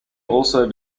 also